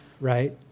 right